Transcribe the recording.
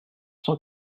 cent